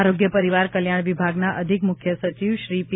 આરોગ્ય પરિવાર કલ્યાણ વિભાગના અધિક મુખ્ય સચિવ શ્રી પી